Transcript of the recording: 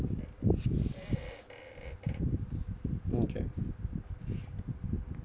okay